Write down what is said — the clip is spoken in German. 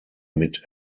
mit